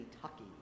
Kentucky